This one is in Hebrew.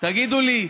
תגידו לי,